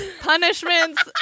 punishments